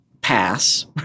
pass